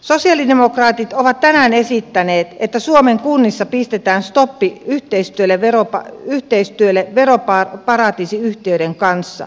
sosialidemokraatit ovat tänään esittäneet että suomen kunnissa pistetään stoppi yhteistyölle veroparatiisiyhtiöiden kanssa